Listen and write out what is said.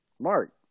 Mark